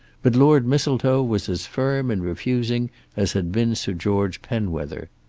but lord mistletoe was as firm in refusing as had been sir george penwether.